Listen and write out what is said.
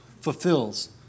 fulfills